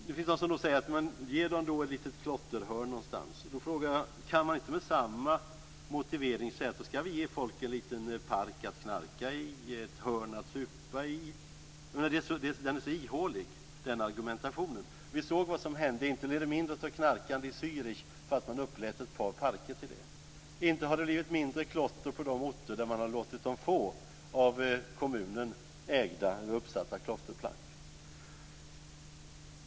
Det finns de som säger att vi skall ge klottrarna ett litet klotterhörn någonstans. Då frågar jag om man inte med samma motivering kan säga att vi skall ge folk en liten park att knarka i och ett hörn att supa i. Den argumentationen är så ihålig. Vi såg vad som hände. Inte blev det mindre av knarkande i Zürich därför att man upplät ett par parker till det. Inte har det blivit mindre klotter på de orter där man har låtit klottrarna få av kommunen ägda uppsatta klotterplank.